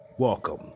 Welcome